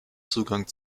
zugang